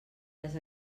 les